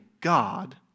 God